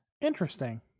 Interesting